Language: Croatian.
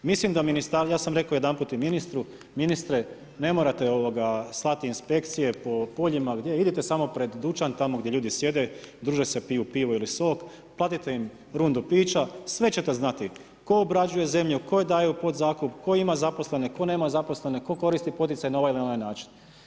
Mislim da, ja sam rekao jedanput i ministru, ministre, ne morate slati inspekcije po poljima, idite samo pred dućan tamo gdje ljudi sjede, drže se, piju pivo ili sok, platite im rundu pića, sve ćete znati, tko obrađuje zemlju, tko daje u podzakup, tko ima zaposlene, tko nema zaposlene, tko koristi poticaj na ovaj ili onaj način.